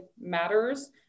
matters